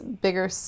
bigger